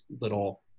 little